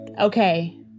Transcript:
okay